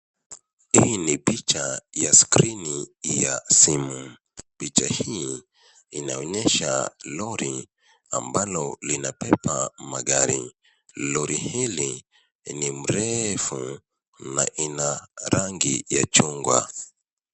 Hii ni picha ya skrini ya simu. Picha hii inaonyesha lori ambalo linabeba magari. Lori hili ni mrefu na ina rangi ya chungwa.